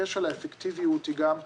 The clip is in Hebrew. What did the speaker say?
בקשר לאפקטיביות היא גם,